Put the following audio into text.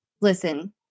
listen